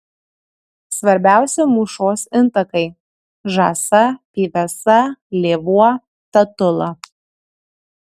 svarbiausi mūšos intakai žąsa pyvesa lėvuo tatula